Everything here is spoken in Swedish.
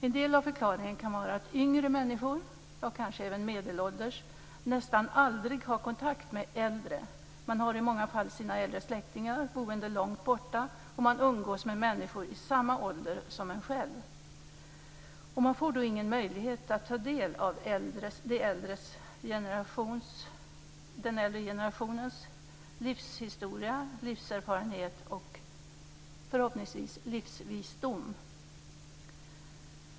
En del av förklaringen kan vara att yngre människor, kanske även medelålders, nästan aldrig har kontakt med äldre. Man har i många fall sina äldre släktingar boende långt borta, och man umgås med människor i samma ålder som en själv. Man får då ingen möjlighet att ta del av den äldre generationens livshistoria, livserfarenhet och förhoppningsvis livsvisdom.